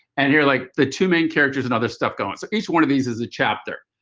and here are like the two main characters and other stuff going. so each one of these is a chapter.